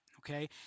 okay